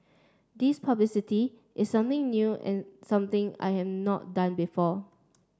this publicity is something new in something I have not done before